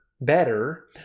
better